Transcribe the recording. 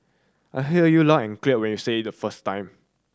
I heard you loud and clear when you said it the first time